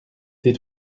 tais